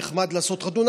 נחמד לעשות חתונה,